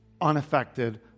unaffected